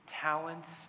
talents